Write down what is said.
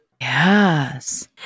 Yes